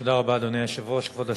תודה רבה, אדוני היושב-ראש, כבוד השר,